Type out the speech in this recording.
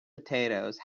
potatoes